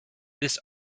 this